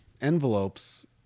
envelopes